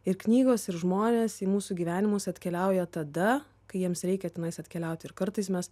ir knygos ir žmonės į mūsų gyvenimus atkeliauja tada kai jiems reikia tenais atkeliauti ir kartais mes